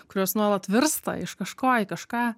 kurios nuolat virsta iš kažko į kažką